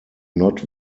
not